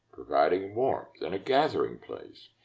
providing warmth and a gathering place.